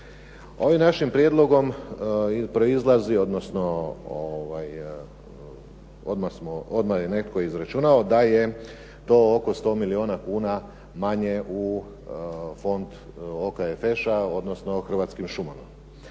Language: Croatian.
Ovim našim prijedlogom proizlazi, odnosno odmah je netko izračunao da je to oko 100 milijuna kuna manje u fond OKFŠ-a odnosno Hrvatskim šumama.